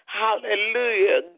hallelujah